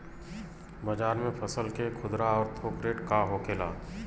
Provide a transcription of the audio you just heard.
बाजार में फसल के खुदरा और थोक रेट का होखेला?